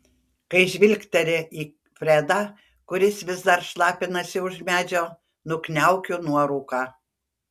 kai žvilgteli į fredą kuris vis dar šlapinasi už medžio nukniaukiu nuorūką